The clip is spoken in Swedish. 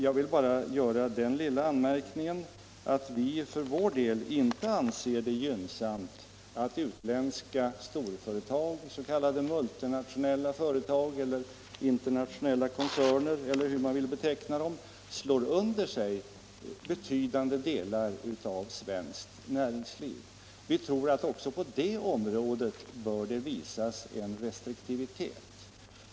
Där vill jag bara göra den anmärkningen att vi för vår del inte anser det tillfredsställande att utländska storföretag —-s.k. multinationella företag eller internationella koncerner — lägger under sig betydande delar av svenskt näringsliv. Vi anser att det också på det området bör iakttas restriktivitet.